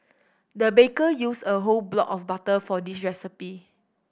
the baker used a whole block of butter for this recipe